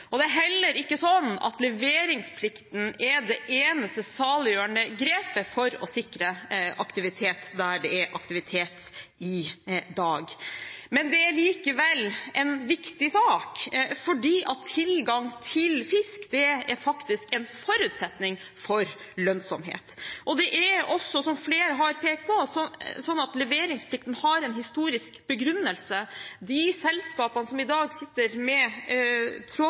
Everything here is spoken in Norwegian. kysten. Det er heller ikke sånn at leveringsplikten er det eneste saliggjørende grepet for å sikre aktivitet der det er aktivitet i dag. Det er likevel en viktig sak, for tilgang til fisk er faktisk en forutsetning for lønnsomhet, og det er også, som flere har pekt på, slik at leveringsplikten har en historisk begrunnelse. De selskapene som i dag sitter med